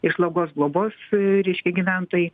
ir slaugos globos reiškia gyventojai